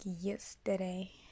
yesterday